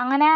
അങ്ങനെ